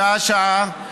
שעה-שעה,